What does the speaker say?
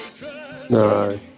No